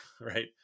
right